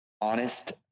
honest